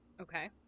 Okay